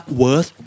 worth